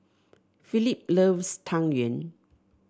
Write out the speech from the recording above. Phillip loves Tang Yuen